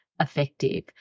effective